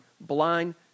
blind